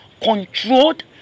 ...controlled